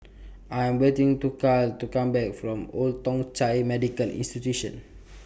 I Am waiting to Carl to Come Back from Old Thong Chai Medical Institution